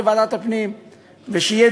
לטובת ביטחונם של תושבי מדינת ישראל.